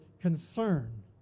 concern